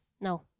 No